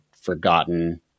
forgotten